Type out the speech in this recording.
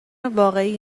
واقعی